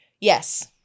Yes